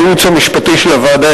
הייעוץ המשפטי של הוועדה,